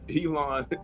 Elon